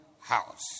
house